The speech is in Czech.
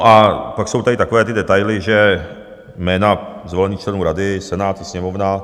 A pak jsou tady takové ty detaily, že jména zvolených členů rady Senát i Sněmovna...